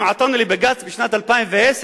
אנחנו עתרנו לבג"ץ בשנת 2004,